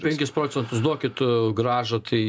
penkis procentus duokit grąžą tai